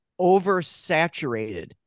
oversaturated